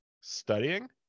studying